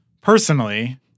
personally